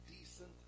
decent